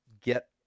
get